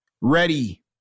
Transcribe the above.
ready